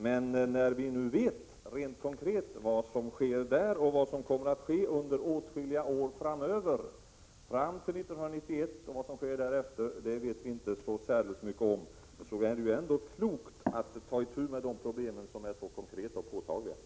Men när vi nu vet rent konkret vad som sker där och vad som kommer att ske under åtskilliga år framöver, till 1991, är det ändå klokt att ta itu med dessa konkreta och påtagliga problem. Vad som sker därefter vet vi inte särskilt mycket om.